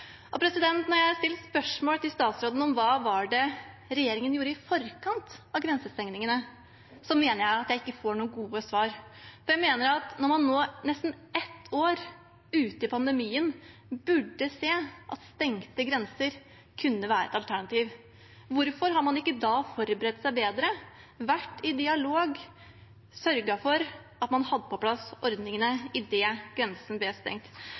Når jeg har stilt spørsmål til statsråden om hva regjeringen gjorde i forkant av grensestengningene, mener jeg at jeg ikke har fått noen gode svar. Når man nå, nesten ett år ute i pandemien, burde se at stengte grenser kunne være et alternativ, hvorfor har man ikke da forberedt seg bedre, vært i dialog og sørget for at man hadde på plass ordningene idet grensen ble stengt?